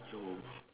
no